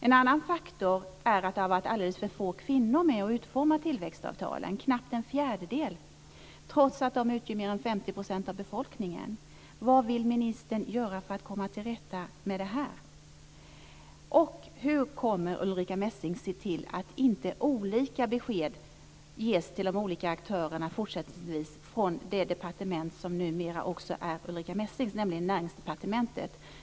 En annan faktor är att alldeles för få kvinnor varit med vid utformningen av tillväxtavtalen - knappt en fjärdedel trots att kvinnorna utgör mer än 50 % av befolkningen. Vad vill ministern göra för att komma till rätta med den saken? Och hur kommer Ulrica Messing att se till att inte olika besked till de olika aktörerna fortsättningsvis ges från det departement som numera också är Ulrica Messings, nämligen Näringsdepartementet?